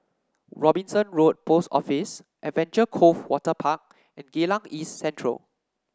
Robinson Road Post Office Adventure Cove Waterpark and Geylang East Central